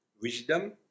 wisdom